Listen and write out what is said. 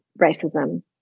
racism